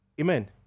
Amen